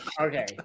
Okay